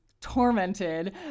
tormented